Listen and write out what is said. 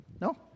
No